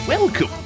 Welcome